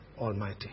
Almighty